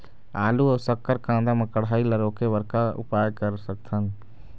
आलू अऊ शक्कर कांदा मा कढ़ाई ला रोके बर का उपाय कर सकथन?